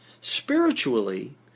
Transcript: Spiritually